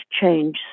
change